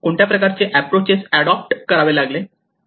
कोणत्या प्रकारचे approaches adopt करावे लागले